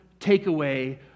takeaway